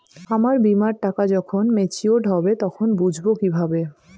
আমার বীমার টাকা যখন মেচিওড হবে তখন বুঝবো কিভাবে?